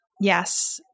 Yes